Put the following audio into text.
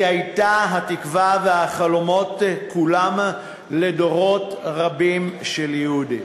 היא הייתה התקווה והחלומות כולם לדורות רבים של יהודים.